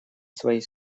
своей